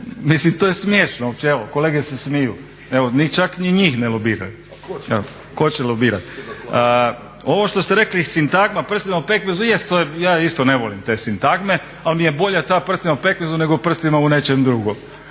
Mislim to je smiješno uopće, evo kolege se smiju. Evo čak ni njih ne lobiraju. Tko će lobirat? Ovo što ste rekli sintagma prsti u pekmezu, jest to ja isto ne volim te sintagme ali mi je bolja ta prstima u pekmezu, nego prstima u nečem drugom